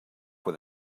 with